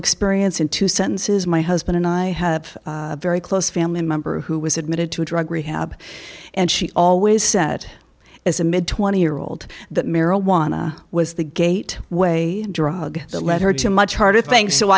experience in two senses my husband and i have very close family member who was admitted to drug rehab and she always said as a mid twenty year old that marijuana was the gate way drug that led her to much harder things so